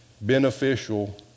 beneficial